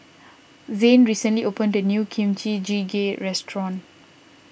Zain recently opened a new Kimchi Jjigae restaurant